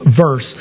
verse